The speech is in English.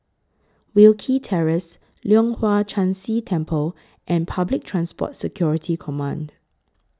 Wilkie Terrace Leong Hwa Chan Si Temple and Public Transport Security Command